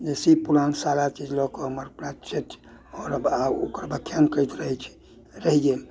जे शिवपुराण सारा चीज लऽ कऽ हमर आओर ओकर ब्याख्यान कहैत रहै छी रहि गेल